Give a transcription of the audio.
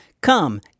Come